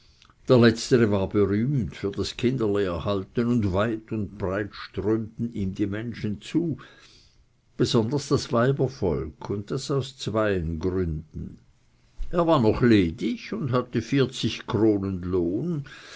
der letztere war berühmt durch das kinderlehrhalten und weit und breit strömten ihm die menschen zu besonders das weibervolk und das aus zwei gründen er war noch ledig und hatte vierzig kronen lohn